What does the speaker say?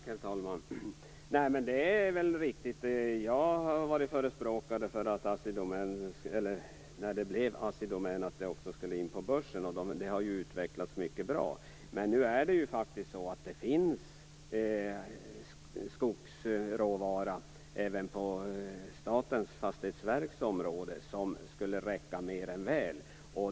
Herr talman! Det är riktigt att jag har varit förespråkare för att Assi Domän, när det blev till, också skulle in på börsen, och det har ju utvecklats mycket bra. Men nu är det ju faktiskt så att det finns skogsråvara även på Statens fastighetsverks område som skulle räcka mer än väl.